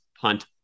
punt